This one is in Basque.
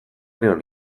nion